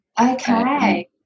Okay